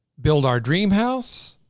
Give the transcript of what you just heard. build our dream house,